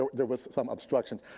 ah there was some obstructions.